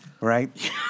Right